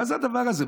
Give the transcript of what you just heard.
מה זה הדבר הזה?